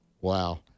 Wow